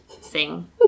sing